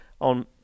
on